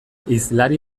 hizlari